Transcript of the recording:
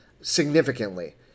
significantly